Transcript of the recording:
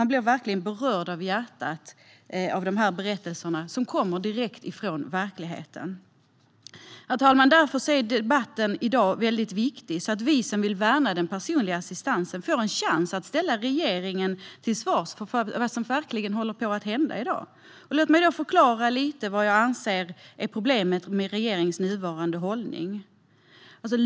Man blir verkligen berörd i hjärtat av dessa berättelser, som kommer direkt från verkligheten. Herr talman! Därför är dagens debatt väldigt viktig. Vi som vill värna den personliga assistansen får en chans att ställa regeringen till svars för vad som verkligen håller på att hända i dag. Låt mig förklara vad jag anser är problemet med regeringens nuvarande hållning.